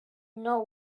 know